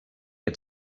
had